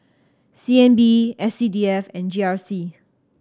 C N B S C D F and G R C